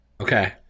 Okay